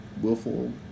willful